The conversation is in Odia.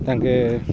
ତାଙ୍କେ